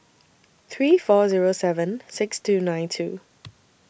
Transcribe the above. three four Zero seven six two nine two